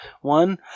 one